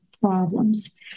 problems